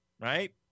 Right